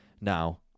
Now